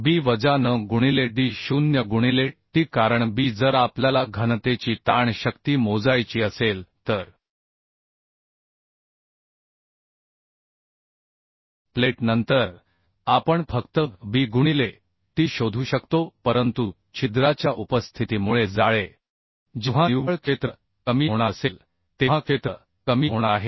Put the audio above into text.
b वजा n गुणिले d0 गुणिले t कारण b जर आपल्याला घनतेची ताण शक्ती मोजायची असेल तर प्लेट नंतर आपण फक्त b गुणिले t शोधू शकतो परंतु छिद्राच्या उपस्थितीमुळे जाळे जेव्हा निव्वळ क्षेत्र कमी होणार असेल तेव्हा क्षेत्र कमी होणार आहे